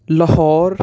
Lahore